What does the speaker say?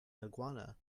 iguana